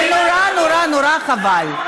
ונורא נורא נורא חבל.